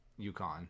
UConn